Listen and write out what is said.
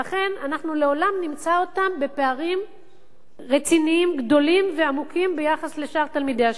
לכן לעולם נמצא אותם בפערים רציניים ועמוקים ביחס לשאר תלמידי השכבה.